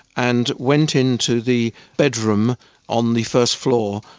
and went into the bedroom on the first floor,